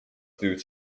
boots